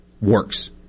works